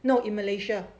no in malaysia